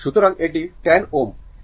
সুতরাং এটি 10 Ω এবং এটি 20 Ω